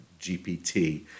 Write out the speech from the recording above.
GPT